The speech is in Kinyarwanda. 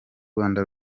rwanda